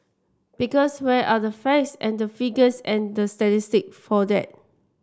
because where are the facts and figures and the statistic for that